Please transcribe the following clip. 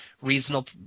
reasonable